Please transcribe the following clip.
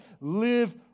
Live